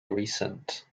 recent